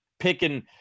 picking